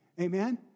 Amen